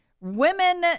women